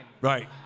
Right